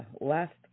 last